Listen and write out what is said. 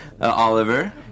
Oliver